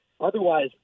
Otherwise